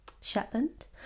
Shetland